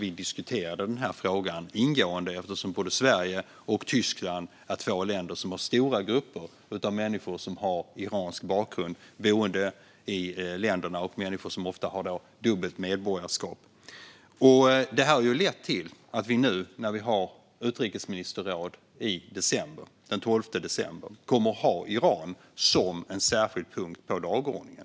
Vi diskuterade frågan ingående eftersom både Sverige och Tyskland är länder där det bor stora grupper av människor med iransk bakgrund, människor som ofta har dubbelt medborgarskap. Detta har lett till att vi vid utrikesministerrådet den 12 december nu kommer att ha Iran som en särskild punkt på dagordningen.